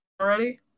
already